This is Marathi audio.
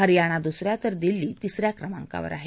हरयाणा दुसऱ्या तर दिल्ली तिसऱ्या क्रमांकावर आहे